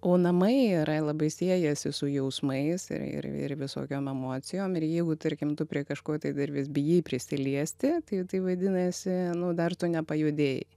o namai yra labai siejasi su jausmais ir ir ir visokiom emocijom ir jeigu tarkim tu prie kažko tai dar vis bijai prisiliesti tai tai vadinasi nu dar tu nepajudėjai